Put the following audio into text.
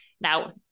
now